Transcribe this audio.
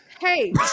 Hey